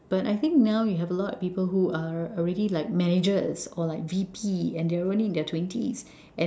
but I think now we have a lot of people who are already like managers or like V_P and they're only in their twenties